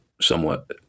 somewhat